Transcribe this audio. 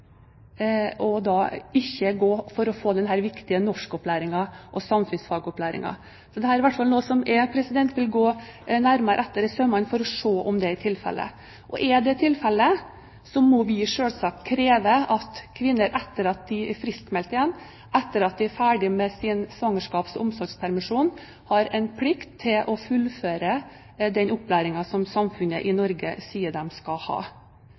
og ikke får denne viktige norskopplæringen og samfunnsfagopplæringen. Dette er i hvert fall noe jeg vil gå nærmere etter i sømmene for å se om er tilfellet. Og er det tilfellet, må vi selvsagt kreve at kvinner, etter at de er friskmeldte igjen og etter at de er ferdige med sin svangerskaps- og omsorgspermisjon, har en plikt til å fullføre den opplæringen samfunnet i Norge sier de skal ha.